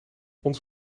ons